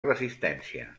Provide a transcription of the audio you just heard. resistència